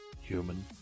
human